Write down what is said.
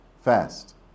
fast